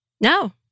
No